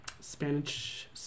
Spanish